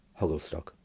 Hogglestock